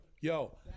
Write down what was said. Yo